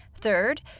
Third